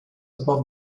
above